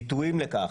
ביטויים לכך: